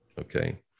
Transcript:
Okay